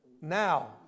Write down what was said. now